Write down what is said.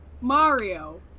Mario